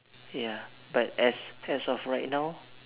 ya but as as of right now